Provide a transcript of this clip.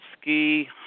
ski